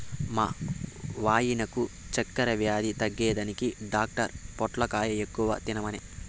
మా వాయినకు చక్కెర వ్యాధి తగ్గేదానికి డాక్టర్ పొట్లకాయ ఎక్కువ తినమనె